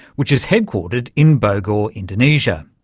which is headquartered in bogor, indonesia.